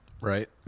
Right